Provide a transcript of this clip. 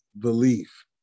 belief